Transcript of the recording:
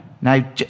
Now